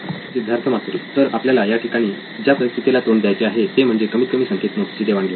सिद्धार्थ मातुरी तर आपल्याला या ठिकाणी ज्या परिस्थितीला तोंड द्यायचे आहे ते म्हणजे कमीत कमी संख्येत नोट्सची देवाण घेवाण